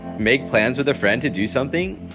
make plans with a friend to do something,